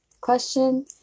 question